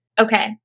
Okay